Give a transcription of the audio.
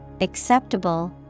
acceptable